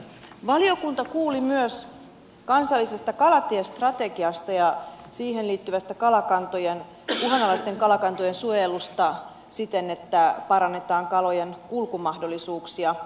valiokunta kuuli myös kansallisesta kalatiestrategiasta ja siihen liittyvästä uhanalaisten kalakantojen suojelusta siten että parannetaan kalojen kulkumahdollisuuksia